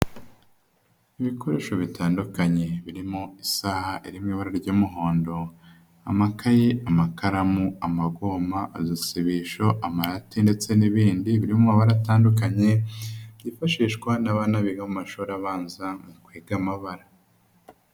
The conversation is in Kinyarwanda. Ibikoresho bitandukanye birimo isaha iri mu ibara ry'umuhondo, amakaye, amakaramu, amagoma, udusibisho, amarati ndetse n'ibindi biri mu mabara atandukanye byifashishwa n'abana biga mu mashuri abanza mu kwiga amabara.